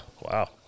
Wow